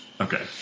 Okay